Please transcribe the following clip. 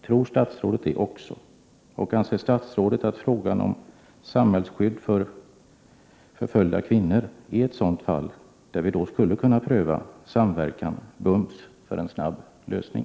Tror statsrådet det också, och anser statsrådet att frågan om samhällsskydd för förföljda kvinnor är ett sådant fall, där vi omedelbart skulle kunna pröva samverkan för en snabb lösning?